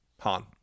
Han